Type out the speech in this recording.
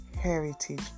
heritage